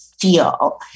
feel